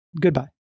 goodbye